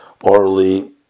orally